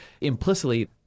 implicitly